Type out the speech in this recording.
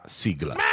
sigla